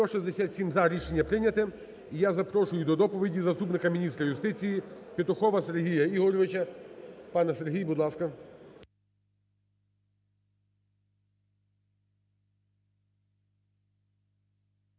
За-167 Рішення прийнято. І я запрошую до доповіді заступника міністра юстиції Петухова Сергія Ігоревича. Пане Сергій, будь ласка.